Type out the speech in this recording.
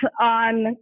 on